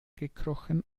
gekrochen